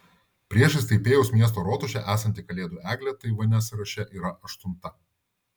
priešais taipėjaus miesto rotušę esanti kalėdų eglė taivane sąraše yra aštunta